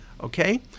okay